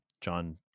John